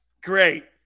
Great